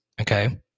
Okay